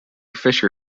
fisher